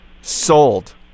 Sold